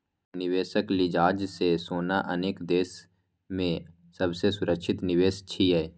निवेशक लिजाज सं सोना अनेक देश मे सबसं सुरक्षित निवेश छियै